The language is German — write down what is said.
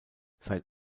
seit